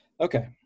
Okay